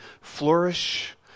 flourish